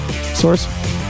Source